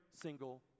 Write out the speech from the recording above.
single